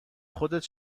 خودت